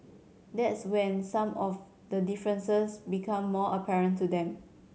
that's when some of the differences become more apparent to them